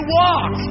walk